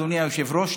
אדוני היושב-ראש,